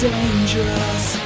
Dangerous